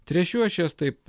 tręšiu aš jas taip